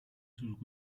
sus